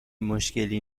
مشکلی